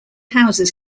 houses